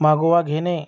मागोवा घेणे